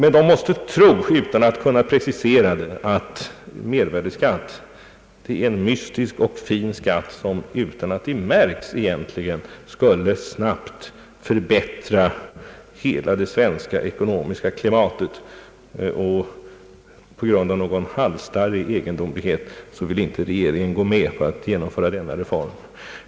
Men de måste tro, utan att kunna precisera det, att mervärdeskatt är en mystisk och fin skatt som utan att det egentligen märks skulle snabbt förbättra hela det svenska ekonomiska klimatet, liksom att regeringen på grund av någon egendomlig halsstarrighet inte vill gå med på att genomföra denna reform.